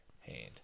hand